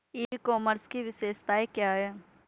ई commerce की विशेषताएं क्या हैं?